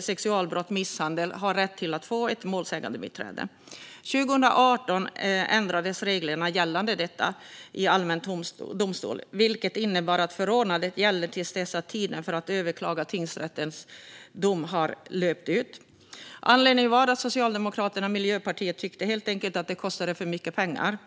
sexualbrott eller misshandel har rätt att få ett målsägandebiträde. År 2018 ändrades reglerna gällande detta i allmän domstol, vilket innebar att förordnandet gäller till dess att tiden för att överklaga tingsrättens dom har löpt ut. Anledningen var att Socialdemokraterna och Miljöpartiet helt enkelt tyckte att det kostade för mycket pengar.